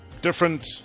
different